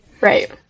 Right